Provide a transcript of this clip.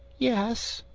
yes.